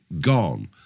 Gone